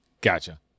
Gotcha